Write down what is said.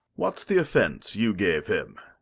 what's the offence you gave him?